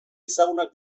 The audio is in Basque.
ezagunak